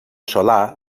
solar